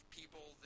people